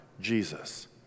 Jesus